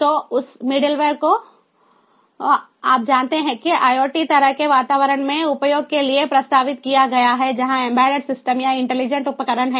तो उस मिडलवेयर को आप जानते थे कि IoT तरह के वातावरण में उपयोग के लिए प्रस्तावित किया गया था जहाँ एम्बेडेड सिस्टम या इंटेलिजेंट उपकरण हैं